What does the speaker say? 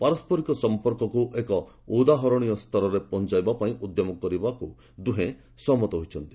ପାରସ୍କରିକ ସଫପର୍କକୁ ଏକ ଉଦାହରଣୀୟ ସ୍ତରରେ ପହଞ୍ଚାଇବା ପାଇଁ ଉଦ୍ୟମ କରିବାକୁ ଦୁହେଁ ଏକମତ ହୋଇଛନ୍ତି